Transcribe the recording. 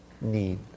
need